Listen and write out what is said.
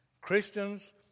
Christians